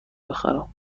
بخرم